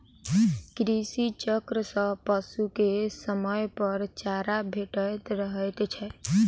कृषि चक्र सॅ पशु के समयपर चारा भेटैत रहैत छै